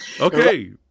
Okay